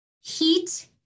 heat